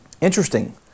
Interesting